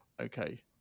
okay